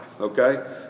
okay